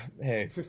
Hey